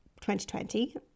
2020